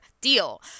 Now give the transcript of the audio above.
deal